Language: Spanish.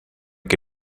que